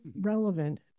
relevant